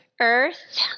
earth